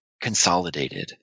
consolidated